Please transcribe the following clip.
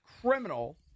criminal